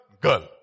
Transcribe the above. girl